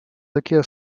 такие